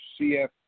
CF